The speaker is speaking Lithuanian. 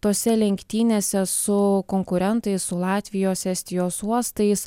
tose lenktynėse su konkurentais su latvijos estijos uostais